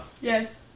Yes